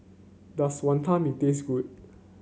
does Wantan Mee taste good